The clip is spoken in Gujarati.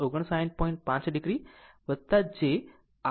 5o o j 38